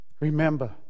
remember